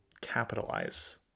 capitalize